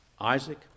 Isaac